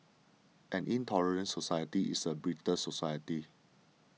an intolerant society is a brittle society